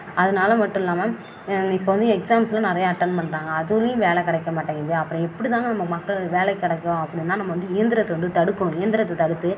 அதனால மட்டும் இல்லாமல் இப்போ வந்து எக்ஸாம்லாம் நிறைய அட்டென்ட் பண்ணுறாங்க அதுலேயும் வேலை கிடைக்க மாட்டங்குது அப்புறம் எப்படிதாங்க நம்ம மக்களுக்கு வேலை கிடைக்கும் அப்படினா நம்ம வந்து இயந்திரத்த வந்து தடுக்கணும் இயந்திரத்த தடுத்து